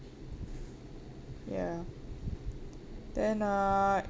ya then uh